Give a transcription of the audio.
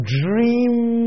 dream